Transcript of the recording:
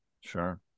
Sure